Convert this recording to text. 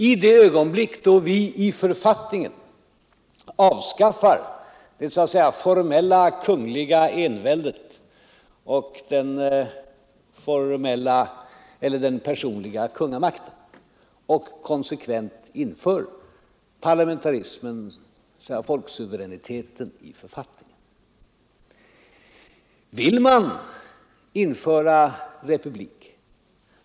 Sedan man i författningen avskaffat det så att säga formella kungliga enväldet och den personliga kungamakten och konsekvent inför parlamentarismen, dvs. folksuveräniteten, är det lagtekniskt mycket enkelt att införa republik.